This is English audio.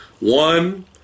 one